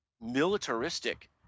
militaristic